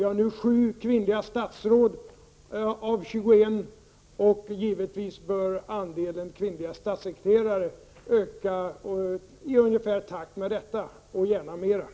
Vi har nu 7 kvinnliga statsråd av 21, och givetvis bör andelen kvinnliga statssekreterare öka i ungefär samma takt och gärna snabbare.